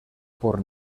por